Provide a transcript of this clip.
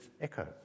echo